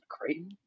Creighton